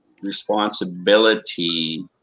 responsibility